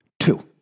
Two